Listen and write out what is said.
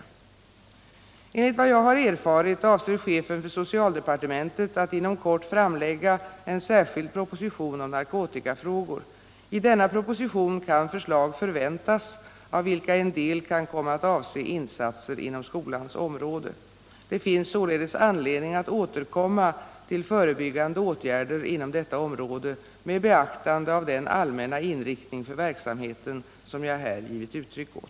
Enligt vad jag erfarit avser chefen för socialdepartementet att inom kort framlägga en särskild proposition om narkotikafrågor. I denna proposition kan förslag förväntas av vilka en del kan komma att avse insatser inom skolans område. Det finns således anledning att återkomma till förebyggande åtgärder inom detta område med beaktande av den allmänna inriktning för verksamheten som jag här givit uttryck åt.